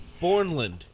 Bornland